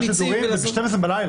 שמחה, כל השידורים היום הם ב-12 בלילה.